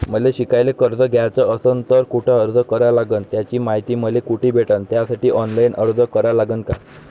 मले शिकायले कर्ज घ्याच असन तर कुठ अर्ज करा लागन त्याची मायती मले कुठी भेटन त्यासाठी ऑनलाईन अर्ज करा लागन का?